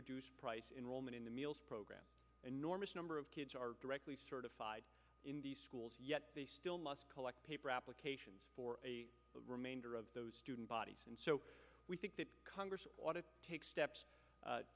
reduced price in rollman in the meals program enormous number of kids are directly certified in the schools yet they still must collect paper applications for a remainder of those student bodies and so we think that congress ought to take steps